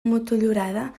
motllurada